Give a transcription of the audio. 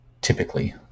typically